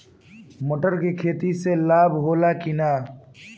मटर के खेती से लाभ होला कि न?